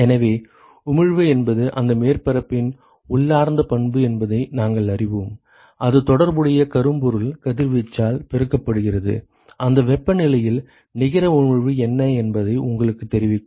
எனவே உமிழ்வு என்பது அந்த மேற்பரப்பின் உள்ளார்ந்த பண்பு என்பதை நாங்கள் அறிவோம் அது தொடர்புடைய கரும்பொருள் கதிர்வீச்சால் பெருக்கப்படுகிறது அந்த வெப்பநிலையில் நிகர உமிழ்வு என்ன என்பதை உங்களுக்குத் தெரிவிக்கும்